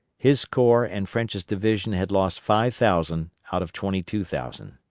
his corps and french's division had lost five thousand out of twenty two thousand.